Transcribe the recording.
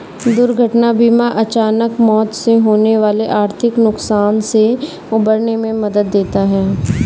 दुर्घटना बीमा अचानक मौत से होने वाले आर्थिक नुकसान से उबरने में मदद देता है